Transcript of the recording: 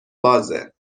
بازه